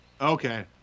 Okay